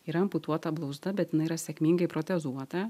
yra amputuota blauzda bet jinai yra sėkmingai protezuota